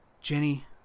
Jenny